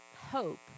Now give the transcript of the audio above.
hope